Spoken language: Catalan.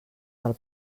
del